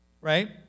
right